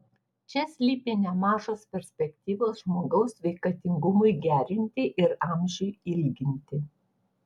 čia slypi nemažos perspektyvos žmogaus sveikatingumui gerinti ir amžiui ilginti